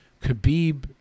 Khabib